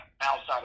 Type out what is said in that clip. outside